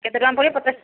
କେତେ ଟଙ୍କା ପଡ଼ିବ ପଚାଶ